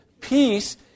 peace